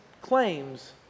claims